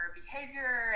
behavior